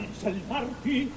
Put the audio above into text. salvarti